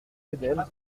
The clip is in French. linkenheld